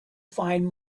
find